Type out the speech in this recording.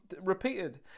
repeated